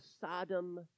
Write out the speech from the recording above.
Sodom